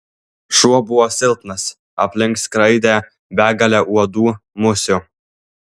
šuo buvo silpnas aplink skraidė begalė uodų musių